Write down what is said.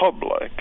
public